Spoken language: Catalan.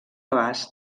abast